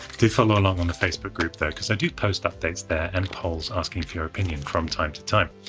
do follow along on the facebook group, though, because i do post updates there and polls asking for your opinion from time to time.